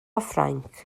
ffrainc